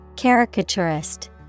Caricaturist